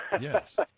Yes